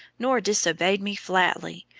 nor disobeyed me flatly,